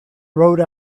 rode